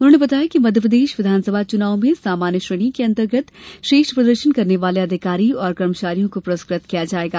उन्होंने बताया कि मध्यप्रदेश विधानसभा चुनाव में सामान्य श्रेणी के अंतर्गत श्रेष्ठ प्रदर्शन करने वाले अधिकारी और कर्मचारियों को पुरस्कृत किया जायेगा